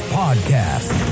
podcast